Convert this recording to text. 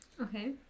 Okay